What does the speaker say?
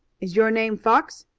is your name fox?